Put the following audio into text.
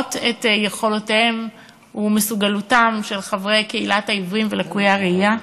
להראות את יכולתם ומסוגלותם של חברי קהילת העיוורים ולקויי הראייה,